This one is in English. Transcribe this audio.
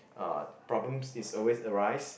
uh problems is always arise